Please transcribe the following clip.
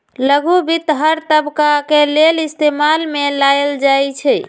लघु वित्त हर तबका के लेल इस्तेमाल में लाएल जाई छई